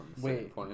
Wait